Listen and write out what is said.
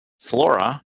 flora